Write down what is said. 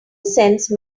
sense